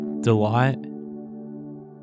Delight